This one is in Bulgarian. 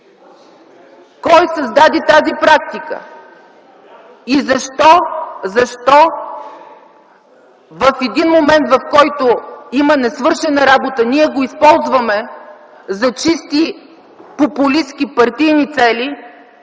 Кой създаде тази практика?! И защо в един момент, в който има несвършена работа, ние го използваме за чисто популистки партийни цели?